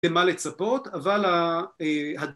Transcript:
במה לצפות אבל